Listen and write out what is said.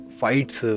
fights